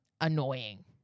annoying